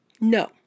No